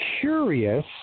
Curious